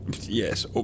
yes